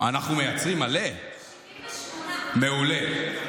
אנחנו מייצרים, 78%. מעולה.